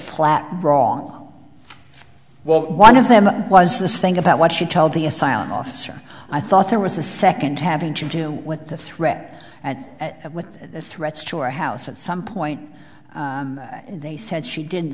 flat wrong well one of them was this thing about what she told the asylum officer i thought there was a second having to do with the threat at at with the threats to our house at some point and they said she didn't